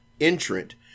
entrant